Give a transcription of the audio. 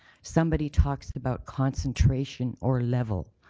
somebody talks about concentration or level.